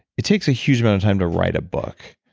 it takes a huge amount of time to write a book.